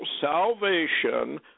salvation